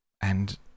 And